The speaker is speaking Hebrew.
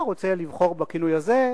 אם אתה רוצה לבחור בכינוי הזה,